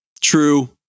True